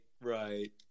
right